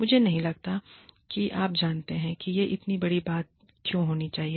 मुझे नहीं लगता कि आप जानते हैं कि यह इतनी बड़ी बात क्यों होनी चाहिए